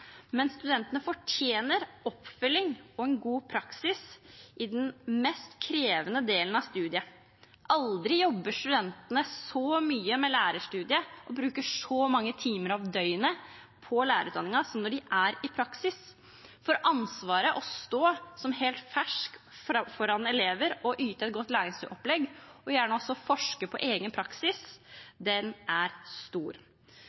men studentene fortjener oppfølging og en god praksis i den mest krevende delen av studiet. Aldri jobber studentene så mye med lærerstudiet og bruker så mange timer av døgnet på lærerutdanningen som når de er i praksis. Ansvaret det er å stå som helt fersk foran elever og yte et godt læringsopplegg – og gjerne også forske på egen praksis